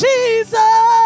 Jesus